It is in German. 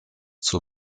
zur